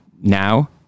now